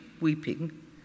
weeping